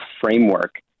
framework